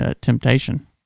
temptation